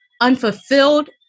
unfulfilled